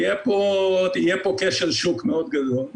יהיה פה כשל שוק גדול מאוד.